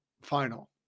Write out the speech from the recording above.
final